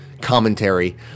commentary